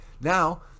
now